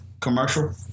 commercial